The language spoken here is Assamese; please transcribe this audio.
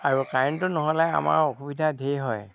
আৰু কাৰেণ্টটো নহ'লে আমাৰ অসুবিধা ঢেৰ হয়